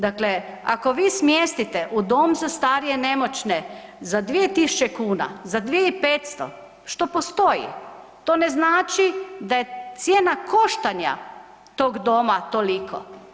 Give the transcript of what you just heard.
Dakle, ako vi smjestite u dom za starije i nemoćne za 2.000 kuna, za 2.500, što postoji, to ne znači da je cijena koštanja tog doma toliko.